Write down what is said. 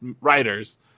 writers